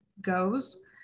goes